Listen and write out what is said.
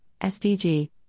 SDG